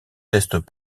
tests